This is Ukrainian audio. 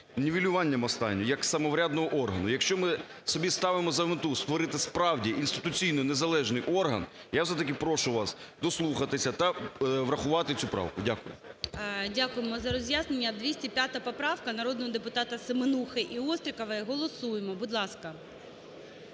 нівелюванням останньої як самоврядного органу. Якщо ми собі ставимо за мету створити справді інституційно незалежний орган, я все-таки прошу вас дослухатися та врахувати цю правку. Дякую. ГОЛОВУЮЧИЙ. Дякуємо за роз'яснення. 205 поправка народного депутатаСеменухи і Острікової. Голосуємо, будь ласка.